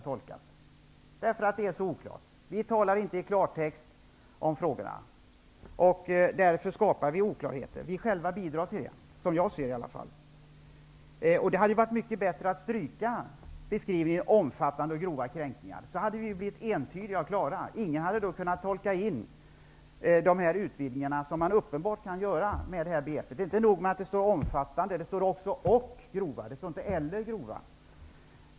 Skälet är att den är så oklar. Vi talar inte klartext om frågorna. Därför skapar vi oklarheter. Vi bidrar själva till det, i alla fall som jag ser det. Det hade varit mycket bättre att stryka beskrivningen ''omfattande och grova kränkningar'' så hade texten blivit entydig och klar. Ingen hade då kunnat tolka in de utvidgningar som de här begreppen uppenbarligen ger möjlighet till. Inte nog med att det står ''omfattande'', det står ''och grova''. Det står inte ''eller grova''.